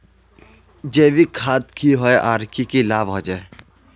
जैविक खाद की होय आर की की लाभ होचे?